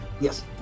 yes